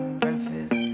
breakfast